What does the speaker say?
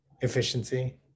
efficiency